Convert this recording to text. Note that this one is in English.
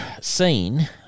seen